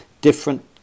different